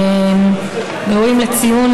ראויים לציון,